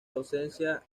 docencia